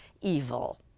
Evil